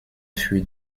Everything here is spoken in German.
für